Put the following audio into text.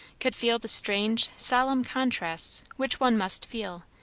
could feel the strange, solemn contrasts which one must feel,